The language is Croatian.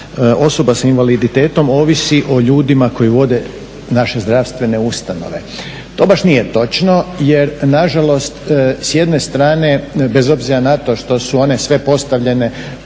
osoba sa invaliditetom ovisi o ljudima koji vode naše zdravstvene ustanove. To baš nije točno, jer na žalost s jedne strane bez obzira na to što su one sve postavljene